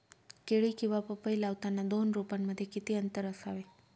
केळी किंवा पपई लावताना दोन रोपांमध्ये किती अंतर असावे?